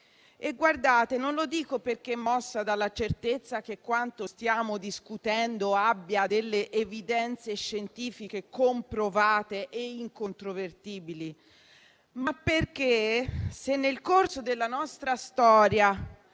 non lo dico perché mossa dalla certezza che quanto stiamo discutendo abbia delle evidenze scientifiche comprovate e incontrovertibili, ma perché, se nel corso della nostra storia